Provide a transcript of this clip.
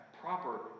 proper